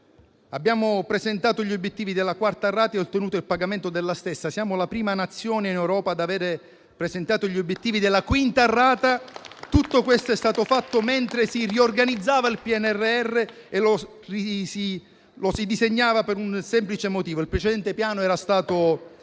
Abbiamo presentato gli obiettivi della quarta rata e ottenuto il suo pagamento. Siamo la prima Nazione in Europa ad aver presentato gli obiettivi della quinta rata. Tutto questo è stato fatto mentre si riorganizzava il PNRR e lo si ridisegnava per un semplice motivo: il precedente Piano era stato